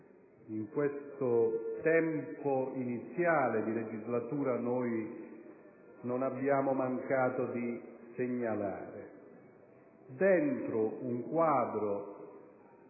in questo tempo iniziale di legislatura noi non abbiamo mancato di segnalare. Dentro un quadro